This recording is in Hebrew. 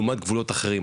לעומת גבולות אחרים.